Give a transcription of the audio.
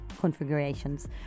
configurations